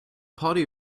party